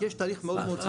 כי יש תהליך מאוד מאוד סדור.